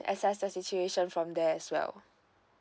assess the situation from there as well